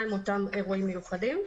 מהם אותם אירועים מיוחדים.